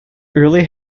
early